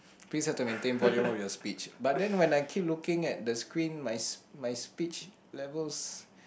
please also maintain volume of the speech but then when I keep looking at the screen my m~ my speech levels